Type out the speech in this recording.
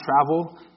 travel